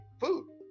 food